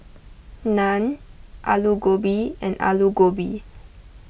Naan Alu Gobi and Alu Gobi